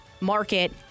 market